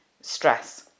stress